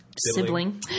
sibling